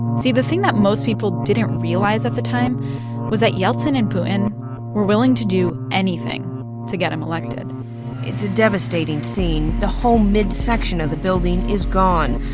see, the thing that most people didn't realize at the time was that yeltsin and putin were willing to do anything to get him elected it's a devastating scene. the whole midsection of the building is gone.